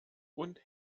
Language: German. und